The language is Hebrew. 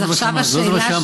לא זה מה שאמרתי.